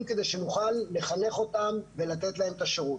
כדי שנוכל לחנך אותם ולתת להם את השירות.